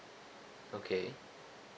okay